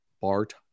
Bart